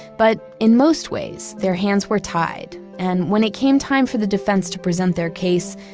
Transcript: but in most ways, their hands were tied. and when it came time for the defense to present their case,